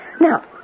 Now